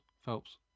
Phelps